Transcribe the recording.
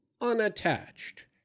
unattached